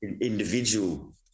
individual